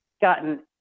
gotten